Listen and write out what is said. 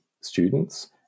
students